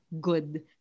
good